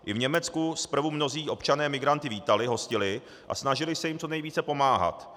I v Německu zprvu mnozí občané migranty vítali, hostili a snažili se jim co nejvíce pomáhat.